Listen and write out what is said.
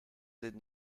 did